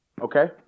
Okay